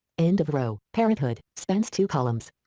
end of row, parenthood, spans two columns.